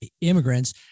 immigrants